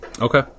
Okay